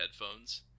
headphones